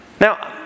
Now